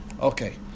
Okay